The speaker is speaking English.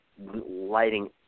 lighting